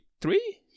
three